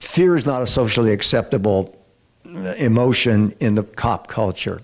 fear is not a socially acceptable emotion in the cop culture